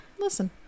listen